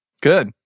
Good